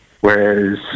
Whereas